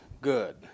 good